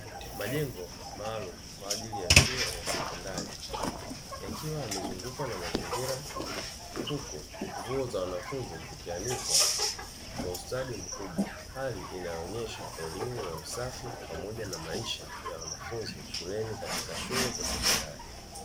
Majengo maalumu kwa ajili ya shule ya sekondari, yakiwa yamezungukwa na mazingira tulivu huku nguo za wanafunzi zikianikwa kwa ustadi mkubwa; hali inayoonyesha elimu ya usafi pamoja na maisha ya wanafunzi shuleni katika shule za sekondari.